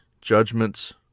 judgments